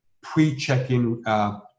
pre-check-in